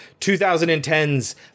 2010's